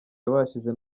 yabashije